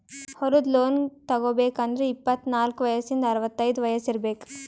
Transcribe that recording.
ಹೊಲದ್ ಲೋನ್ ತಗೋಬೇಕ್ ಅಂದ್ರ ಇಪ್ಪತ್ನಾಲ್ಕ್ ವಯಸ್ಸಿಂದ್ ಅರವತೈದ್ ವಯಸ್ಸ್ ಇರ್ಬೆಕ್